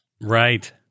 Right